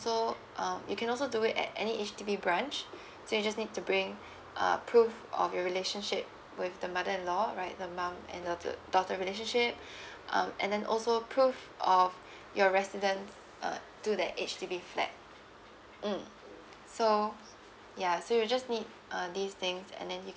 so uh you can also do it at any H_D_B branch so you just need to bring uh proof of your relationship with the mother in law right the mom and the daughter relationship um and then also proof of your residence uh through the H_D_B flat mm so ya so you just need uh these things and then